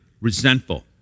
resentful